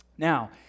Now